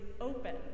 open